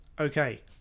Okay